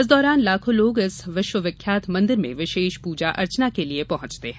इस दौरान लाखों लोग इस विश्वविख्यात मंदिर में विशेष पूजा अर्चना के लिए पहुंचते हैं